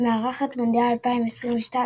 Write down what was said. מארחת מונדיאל 2022,